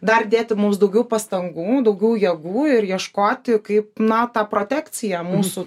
dar dėti mums daugiau pastangų daugiau jėgų ir ieškoti kaip na ta protekcija mūsų